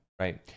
right